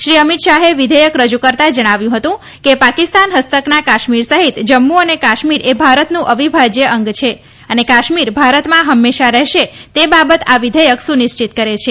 શ્રી અમિત શાહે વિઘેચક રજુ કરતાં જણાવ્યું હતું કે પાકિસ્તાન હસ્તકના કાશ્મીર સહિત જમ્મુ અને કાશ્મીરએ ભારતનું અવિભાજ્ય અંગ છે અને કાશ્મીર ભારતમાં હંમેશા રહેશે તે બાબત આ વિધેયક સુનિશ્ચિત કરે છે